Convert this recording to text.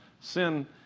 Sin